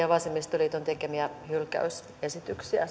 ja vasemmistoliiton tekemiä hylkäysesityksiä